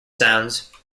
sounds